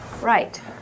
right